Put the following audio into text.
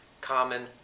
common